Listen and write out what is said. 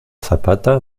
zapata